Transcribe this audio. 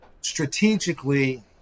strategically